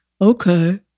okay